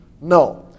No